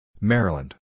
Maryland